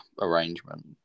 arrangement